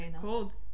cold